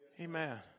Amen